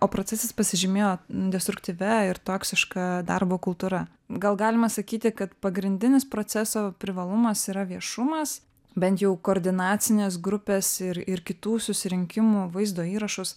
o procesas pasižymėjo destruktyvia ir toksiška darbo kultūra gal galima sakyti kad pagrindinis proceso privalumas yra viešumas bent jau koordinacinės grupės ir ir kitų susirinkimų vaizdo įrašus